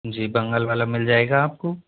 जी बंगाल वाला मिल जाएगा आपको